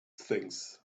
things